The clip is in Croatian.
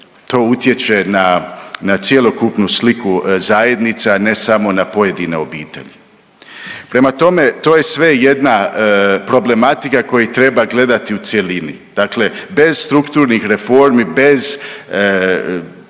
to utječe na cjelokupnu sliku zajednica, a ne samo na pojedine obitelji. Prema tome, to je sve jedna problematika koju treba gledati u cjelini. Dakle strukturnih reformi bez